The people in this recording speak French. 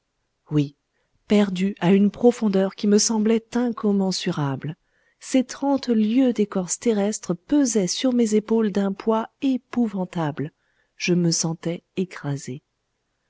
oui perdu à une profondeur qui me semblait incommensurable ces trente lieues d'écorce terrestre pesaient sur mes épaules d'un poids épouvantable je me sentais écrasé